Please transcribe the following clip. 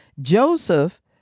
Joseph